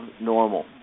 normal